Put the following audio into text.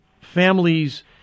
families